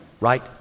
right